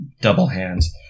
double-hands